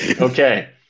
Okay